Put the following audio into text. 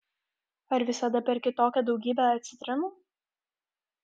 ar visada perki tokią daugybę citrinų